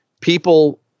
people